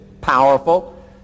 powerful